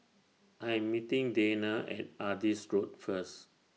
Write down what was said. I Am meeting Dana At Adis Road First